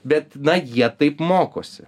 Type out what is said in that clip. bet na jie taip mokosi